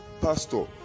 pastor